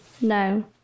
No